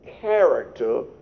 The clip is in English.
character